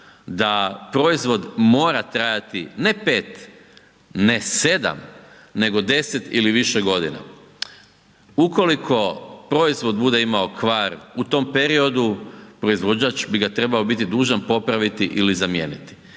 da proizvod mora trajati, ne pet, ne sedam nego deset ili više godina. Ukoliko proizvod bude imao kvar u tom periodu, proizvođač bi ga trebao biti dužan popraviti ili zamijeniti.